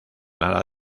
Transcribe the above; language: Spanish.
lana